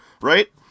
right